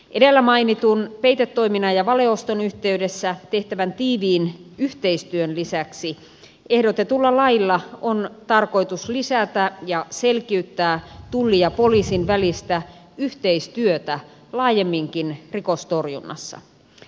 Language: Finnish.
edellä mainitun peitetoiminnan ja valeoston yhteydessä tehtävän tiiviin yhteistyön lisäksi ehdotetulla lailla on tarkoitus lisätä ja selkiyttää tullin ja poliisin välistä yhteistyötä laajemminkin rikostorjunnassa